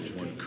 one